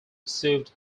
received